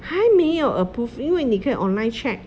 还没有 approve 因为你可以 online check